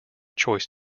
choice